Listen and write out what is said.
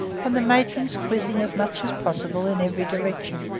and the matrons quizzing as much as possible in every direction,